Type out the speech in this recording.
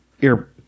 ear